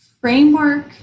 framework